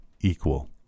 equal